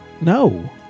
No